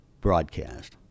broadcast